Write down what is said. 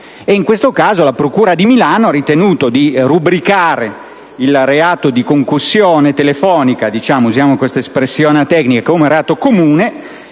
In questo caso la procura di Milano ha ritenuto di rubricare il reato di concussione telefonica - usiamo questa espressione tecnica - come reato comune